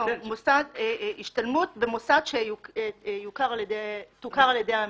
השתלמות במוסד שתוכר על ידי הממונה.